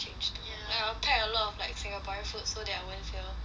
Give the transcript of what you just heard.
I will pack a lot like singaporean food so that I won't feel homesick